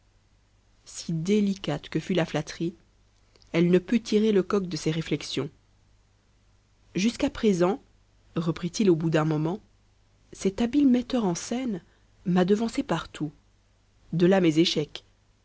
si délicate que fût la flatterie elle ne put tirer lecoq de ses réflexions jusqu'à présent reprit-il au bout d'un moment cet habile metteur en scène m'a devancé partout de là mes échecs